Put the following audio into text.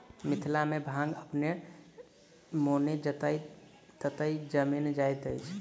मिथिला मे भांग अपने मोने जतय ततय जनैम जाइत अछि